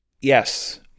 Yes